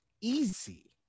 easy